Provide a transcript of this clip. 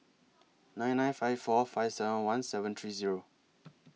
nine nine five four five seven one seven three Zero